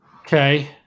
Okay